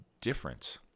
different